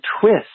twist